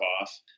off